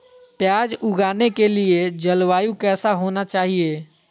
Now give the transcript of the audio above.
प्याज उगाने के लिए जलवायु कैसा होना चाहिए?